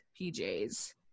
PJs